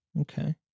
Okay